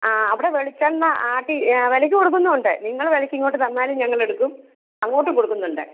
ആ അവിടെ വെളിച്ചെണ്ണ ആട്ടി വിലയ്ക്ക് കൊടുക്കുന്നുമുണ്ട് നിങ്ങൾ വിലയ്ക്ക് ഇങ്ങോട്ട് തന്നാലും ഞങ്ങൾ എടുക്കും അങ്ങോട്ടും കൊടുക്കുന്നുണ്ട്